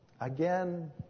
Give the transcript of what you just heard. again